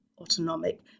autonomic